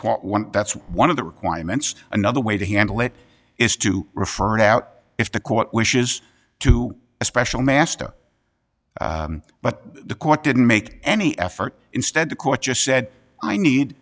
requote one that's one of the requirements another way to handle it is to refer an out if the court wishes to a special master but the court didn't make any effort instead the court just said i need